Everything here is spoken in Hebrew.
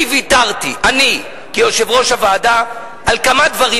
אני ויתרתי, אני, כיושב-ראש הוועדה, על כמה דברים.